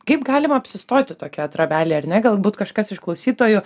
kaip galima apsistoti tokioje trobelėje ar ne galbūt kažkas iš klausytojų